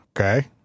Okay